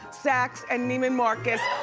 saks, and neiman marcus.